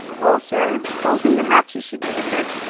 well, sir, closing the hatches should do the trick.